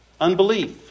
Unbelief